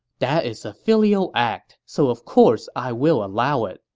that is a filial act, so of course i will allow it,